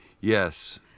Yes